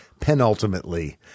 penultimately